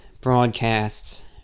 broadcasts